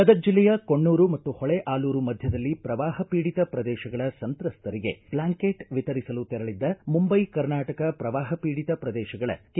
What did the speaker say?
ಗದಗ ಜಿಲ್ಲೆಯ ಕೊಣ್ಣೂರು ಮತ್ತು ಹೊಳೆ ಆಲೂರು ಮಧ್ಯದಲ್ಲಿ ಪ್ರವಾಪ ಪೀಡಿತ ಪ್ರದೇಶಗಳ ಸಂತ್ರಸ್ತರಿಗೆ ಬ್ಲಾಂಕೆಟ್ ವಿತರಿಸಲು ತೆರಳಿದ್ದ ಮುಂಬೈ ಕರ್ನಾಟಕ ಪ್ರವಾಪ ಪೀಡಿತ ಪ್ರದೇಶಗಳ ಕೆ